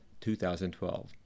2012